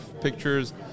pictures